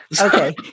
Okay